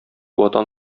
ватан